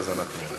ואז אנחנו,